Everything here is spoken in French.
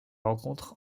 rencontre